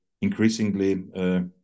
increasingly